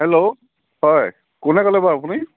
hello হয় কোনে ক'লে বাৰু আপুনি